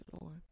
Lord